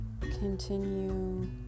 continue